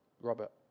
Robert